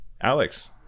Alex